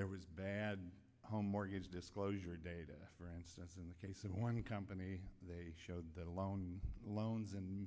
there was bad home mortgage disclosure data for instance in the case of one company they showed the loan loans and